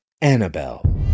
Annabelle